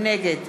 נגד